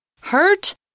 Hurt